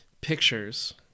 pictures